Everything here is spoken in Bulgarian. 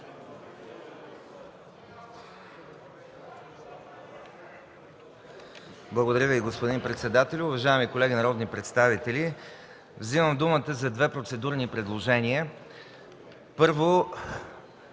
Благодаря Ви, господин председателю. Уважаеми колеги народни представители, вземам думата за две процедурни предложения. Първо,